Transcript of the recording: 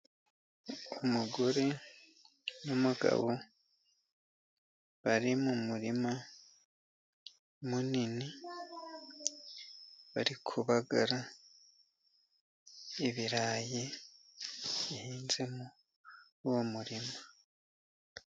Umugore n'umugabo bari mu murima munini, bari kubagara ibirayi bihinze muri uwo murima.